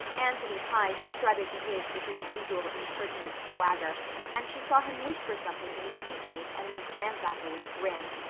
anthony pye strutted to his with his usual impertinent swagger and she saw him whisper something to his seat-mate and then glance at her with a grin.